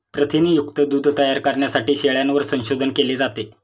प्रथिनयुक्त दूध तयार करण्यासाठी शेळ्यांवर संशोधन केले जाते